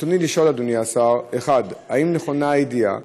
ברצוני לשאול, אדוני השר: 1. האם נכונה הידיעה?